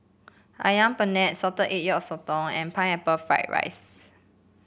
ayam panggang Salted Egg Yolk Sotong and Pineapple Fried Rice